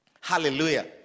Hallelujah